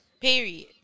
Period